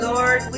Lord